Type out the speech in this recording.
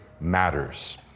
matters